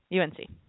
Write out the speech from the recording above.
UNC